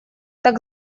так